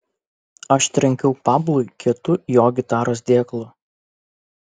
aš trenkiau pablui kietu jo gitaros dėklu